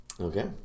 okay